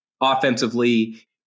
offensively